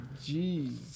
Jeez